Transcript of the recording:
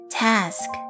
task